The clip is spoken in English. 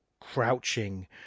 crouching